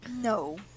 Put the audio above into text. No